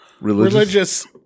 religious